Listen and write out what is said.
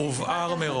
הובהר מראש.